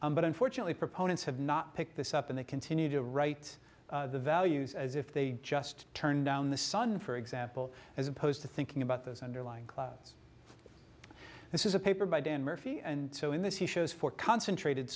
but unfortunately proponents have not picked this up and they continue to write the values as if they just turn down the sun for example as opposed to thinking about those underlying clouds this is a paper by dan murphy and so in this he shows for concentrated